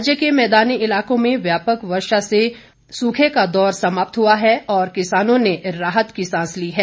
राज्य के मैदानी इलाकों में व्यापक रूप से भारी वर्षा हुई जिससे सूखे का दौर समाप्त हुआ है और किसानों ने राहत की सांस ली है